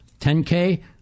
10K